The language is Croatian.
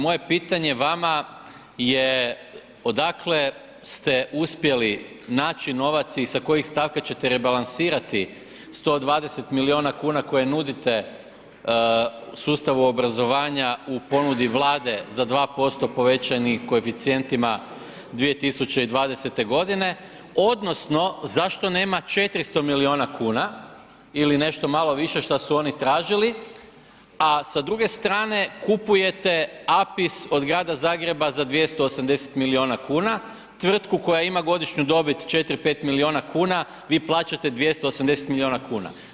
Moje pitanje vama je odakle ste uspjeli naći novac i sa kojih stavka ćete rebalansirati 120 milijuna kuna koje nudite sustavu obrazovanja u ponudi Vlade za 2% povećanim koeficijentima 2020. g. odnosno zašto nema 400 milijuna kuna ili nešto malo više što su oni tražili, a sa druge strane kupujete APIS od Grada Zagreba za 280 milijuna kuna, tvrtku koja ima godišnju dobit 4, 5 milijuna kuna, vi plaćate 280 milijuna kuna.